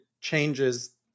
changes